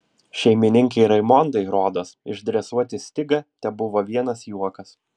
šeimininkei raimondai rodos išdresuoti stigą tebuvo vienas juokas